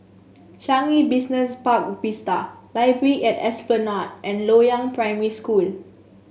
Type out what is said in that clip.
Changi Business Park Vista Library at Esplanade and Loyang Primary School